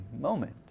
moment